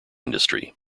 industry